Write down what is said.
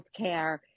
healthcare